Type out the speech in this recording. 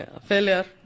Failure